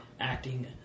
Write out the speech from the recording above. acting